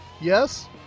Yes